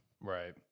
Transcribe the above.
Right